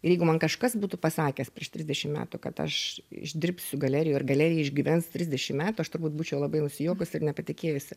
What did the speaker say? ir jeigu man kažkas būtų pasakęs prieš trisdešim metų kad aš išdirbsiu galerijoj ir galerija išgyvens trisdešim metų aš turbūt būčiau labai nusijuokusi ir nepatikėjusi